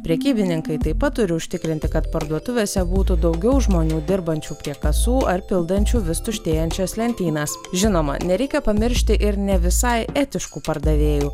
prekybininkai taip pat turi užtikrinti kad parduotuvėse būtų daugiau žmonių dirbančių prie kasų ar pildančių vis tuštėjančias lentynas žinoma nereikia pamiršti ir ne visai etiškų pardavėjų